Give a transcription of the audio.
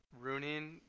ruining